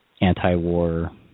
anti-war